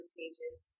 pages